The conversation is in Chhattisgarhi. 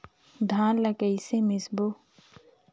धान ला कइसे मिसबो?